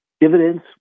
Dividends